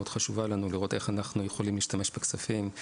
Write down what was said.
חשובה לנו לראות איך אנחנו יכולים להשתמש בכספים.